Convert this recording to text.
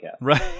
right